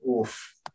oof